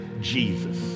Jesus